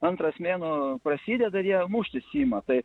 antras mėnuo prasideda ir jie muštis ima tai